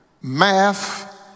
math